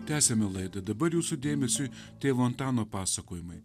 tęsiame laidą dabar jūsų dėmesiui tėvo antano pasakojimai